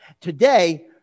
Today